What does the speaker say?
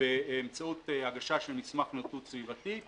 באמצעות הגשה של מסמך נאותות סביבתי,